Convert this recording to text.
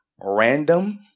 Random